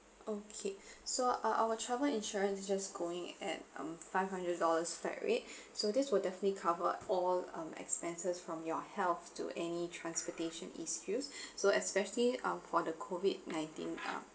okay so uh our travel insurance just going at um five hundred dollars flat rate so this will definitely cover all um expenses from your health to any transportation issues so especially uh for the COVID-nineteen uh